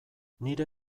nire